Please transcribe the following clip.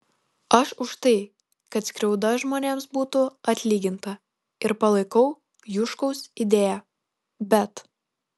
aš už tai kad skriauda žmonėms būtų atlyginta ir palaikau juškaus idėją bet